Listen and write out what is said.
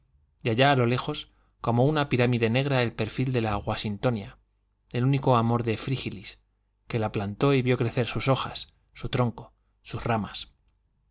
y allá a lo lejos como una pirámide negra el perfil de la washingtonia el único amor de frígilis que la plantó y vio crecer sus hojas su tronco sus ramas